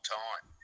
time